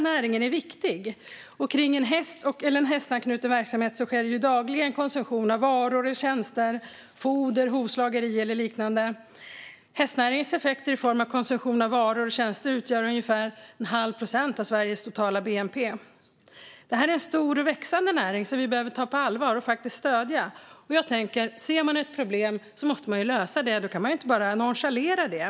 Näringen är viktig. Det är en stor och växande näring som vi behöver ta på allvar och stödja. Ser man ett problem måste man lösa det. Då kan man inte bara nonchalera det.